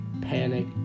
panic